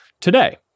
today